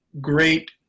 great